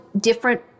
different